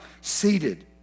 seated